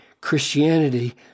Christianity